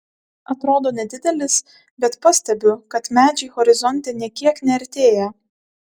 atrodo nedidelis bet pastebiu kad medžiai horizonte nė kiek neartėja